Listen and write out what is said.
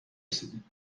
رسیدیم